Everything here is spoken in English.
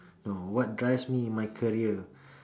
no what drives me in my career